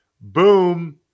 Boom